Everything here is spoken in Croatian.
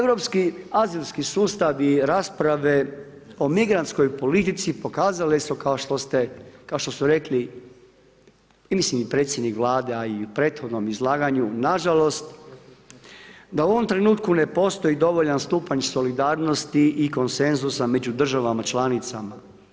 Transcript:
Europski azilski sustav i rasprave o migrantskoj politici pokazale su kao što su rekli mislim i predsjednik Vlade, a i u prethodnom izlaganju na žalost da u ovom trenutku ne postoji dovoljan stupanj solidarnosti i konsenzusa među državama članicama.